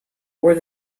were